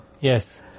Yes